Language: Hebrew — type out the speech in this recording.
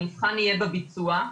המבחן יהיה בביצוע.